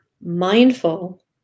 mindful